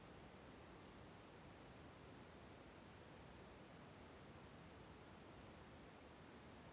ನನ್ನ ಖಾತೆಯನ್ನು ಮೆಂಟೇನ್ ಮಾಡಿಲಿಕ್ಕೆ ಬ್ಯಾಂಕ್ ವರ್ಷಕೊಮ್ಮೆ ಏನು ಸರ್ವೇಸ್ ಚಾರ್ಜು ಹಾಕತೈತಿ?